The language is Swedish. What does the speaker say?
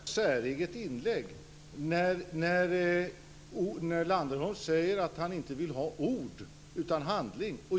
Fru talman! Det var ett säreget inlägg. Landerholm säger att han inte vill ha ord utan handling.